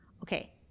Okay